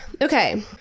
okay